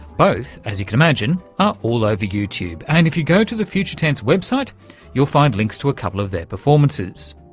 both, as you can imagine, are all over youtube, and if you go to the future tense website you'll find links to a couple of their performances.